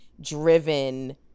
driven